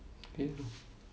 eh no